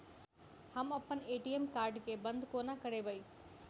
हम अप्पन ATM card केँ बंद कोना करेबै?